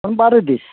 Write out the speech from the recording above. पण बारा दीस